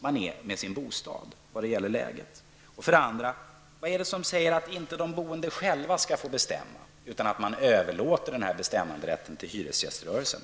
man är med sin bostad vad gäller läget? Och för det andra: Vad är det som säger att inte de boende själva skall få bestämma utan överlåta den här bestämmanderätten till hyresgäströrelsen?